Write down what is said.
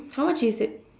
how much is it